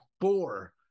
four